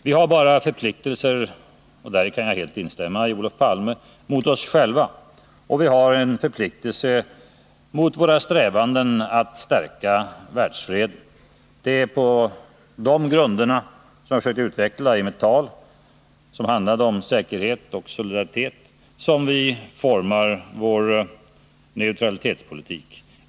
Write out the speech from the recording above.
Vi har bara förpliktelser — och där kan jag helt instämma med Olof Palme — mot oss sjäva, och mot våra strävanden att stärka världsfreden. Det är på de grunderna — jag försökte utveckla det i mitt tal, som handlade om säkerhet och solidaritet — som vi formar vår neutralitetspolitik.